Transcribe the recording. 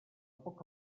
poc